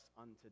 unto